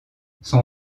son